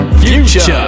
future